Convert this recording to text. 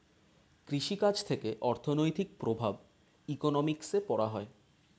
কৃষি কাজ থেকে অর্থনৈতিক প্রভাব ইকোনমিক্সে পড়া হয়